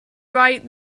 write